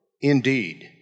indeed